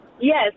Yes